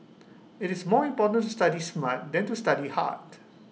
IT is more important to study smart than to study hard